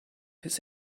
his